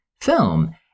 film